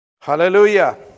Hallelujah